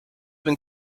been